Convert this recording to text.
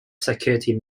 security